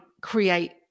create